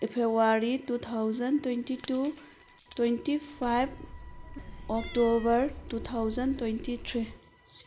February two thousand twenty two twenty five October two thousand twenty three